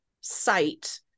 site